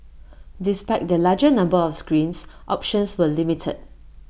despite the larger number of screens options were limited